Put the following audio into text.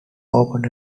open